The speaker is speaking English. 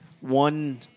One